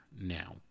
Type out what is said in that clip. now